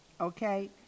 Okay